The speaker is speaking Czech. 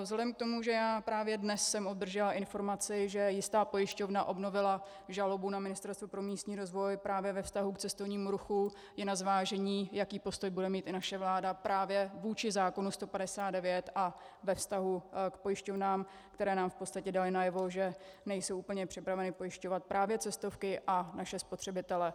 Vzhledem k tomu, že jsem právě dnes obdržela informaci, že jistá pojišťovna obnovila žalobu na Ministerstvo pro místní rozvoj právě ve vztahu k cestovnímu ruchu, je na zvážení, jaký postoj bude mít i naše vláda právě vůči zákonu 159 a ve vztahu k pojišťovnám, které nám v podstatě daly najevo, že nejsou úplně připraveny pojišťovat cestovky a naše spotřebitele.